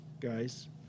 guys